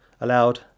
allowed